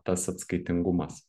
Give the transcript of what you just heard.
tas atskaitingumas